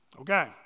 Okay